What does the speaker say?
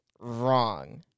wrong